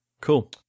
Cool